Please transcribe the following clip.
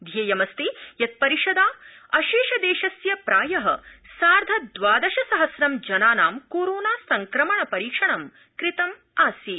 घ्येयमस्ति यत् परिषदा अशेषदेशस्य प्राय सार्थ द्वादश सहस्र जनानां कोरोना संक्रमण परीक्षणं कृतमासीत